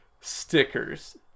stickers